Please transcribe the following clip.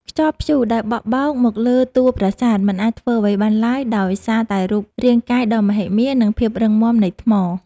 ខ្យល់ព្យុះដែលបក់បោកមកលើតួប្រាសាទមិនអាចធ្វើអ្វីបានឡើយដោយសារតែរូបរាងកាយដ៏មហិមា និង ភាពរឹងមាំនៃថ្ម។